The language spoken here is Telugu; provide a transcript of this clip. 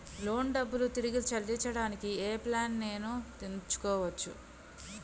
లోన్ డబ్బులు తిరిగి చెల్లించటానికి ఏ ప్లాన్ నేను ఎంచుకోవచ్చు?